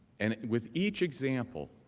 and with each example,